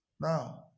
now